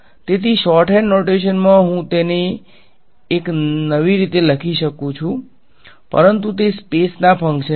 તેથી શોર્ટહેન્ડ નોટેશનમાં હું તેને એક નવી રીત લખી રહ્યો છું પરંતુ તે સ્પેસ ના ફંકશન છે